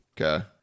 okay